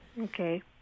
Okay